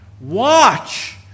Watch